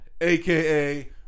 AKA